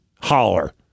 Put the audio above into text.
holler